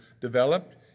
developed